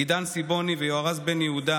עידן סיבוני ויהורז בן יהודה,